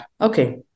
Okay